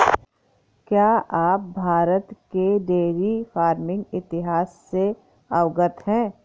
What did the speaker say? क्या आप भारत के डेयरी फार्मिंग इतिहास से अवगत हैं?